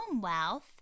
wealth